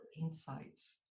insights